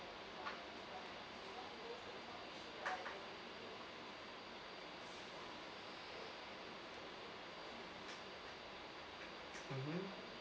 mmhmm